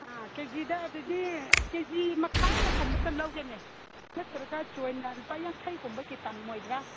ꯑꯥ K ꯖꯤꯗ ꯑꯗꯨꯗꯤ K G ꯃꯈꯥꯏ ꯑꯃ ꯀꯨꯝꯕꯇ ꯂꯧꯒꯦꯅꯦ ꯅꯠꯇ꯭ꯔꯒ ꯆꯣꯏꯅ ꯂꯨꯄꯥ ꯌꯥꯡꯈꯩ ꯀꯨꯝꯕꯒꯤ ꯇꯝꯃꯣꯏꯗ꯭ꯔꯥ